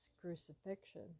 crucifixion